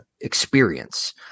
experience